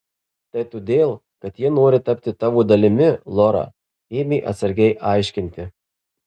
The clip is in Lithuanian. tai todėl kad jie nori tapti tavo dalimi lora ėmė atsargiai aiškinti